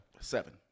Seven